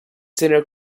singer